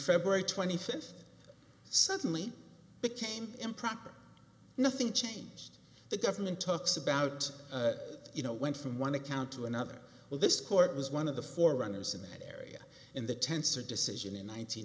february twenty fifth suddenly became improper nothing changed the government talks about you know went from one account to another well this court was one of the forerunners in that area and the tenser decision in